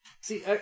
See